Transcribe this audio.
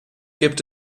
gibt